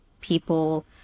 people